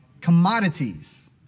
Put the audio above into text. Commodities